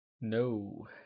No